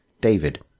David